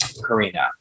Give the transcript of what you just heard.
Karina